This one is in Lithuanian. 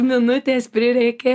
minutės prireikė